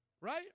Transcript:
Right